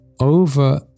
over